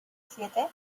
siete